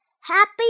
Happy